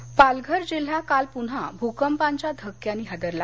भकंप पालघर जिल्हा काल पुन्हा भूकंपाच्या धक्क्यानी हादरला